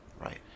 Right